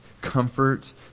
comfort